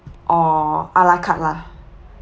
or ala carte lah